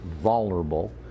vulnerable